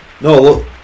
No